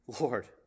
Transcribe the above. Lord